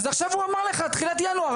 אז עכשיו הוא אמר לך תחילת ינואר.